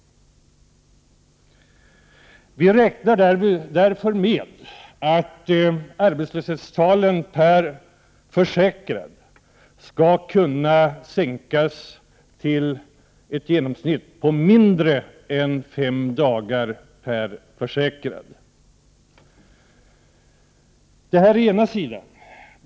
Vi räknar därför med att arbetslöshetstalen skall kunna sänkas till ett genomsnitt på mindre än fem dagar per försäkrad. — Det är den ena sidan.